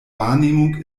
wahrnehmung